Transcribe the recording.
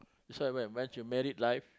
that's why you m~ once you married life